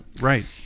right